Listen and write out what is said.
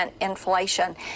inflation